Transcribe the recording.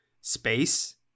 space